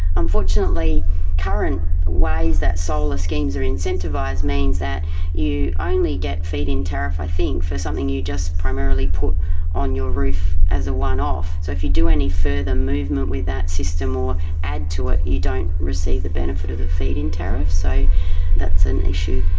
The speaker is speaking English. unfortunately current ways that solar schemes are incentivised means that you only get feed-in tariff i think for something you just primarily put on your roof as a one-off. so if you do any further movement with that system or add to it, you don't receive the benefit of the feed-in tariff. so that's an issue.